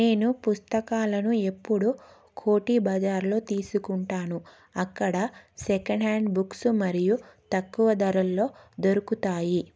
నేను పుస్తకాలను ఎప్పుడు కోటి బజార్లో తీసుకుంటాను అక్కడ సెకండ్ హ్యాండ్ బుక్స్ మరియు తక్కువ ధరల్లో దొరుకుతాయి